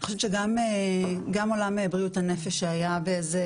אני חושבת שגם עולם בריאות הנפש שהיה באיזה